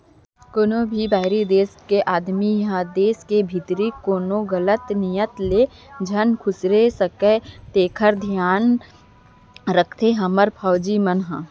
कोनों भी बाहिरी देस के आदमी ह देस के भीतरी कोनो गलत नियत ले झन खुसरे सकय तेकर धियान राखथे हमर फौजी मन ह